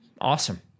Awesome